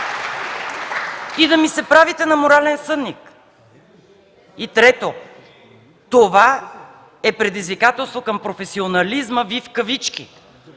и да ми се правите на морален съдник. И трето, това е предизвикателство към професионализма Ви в кавички.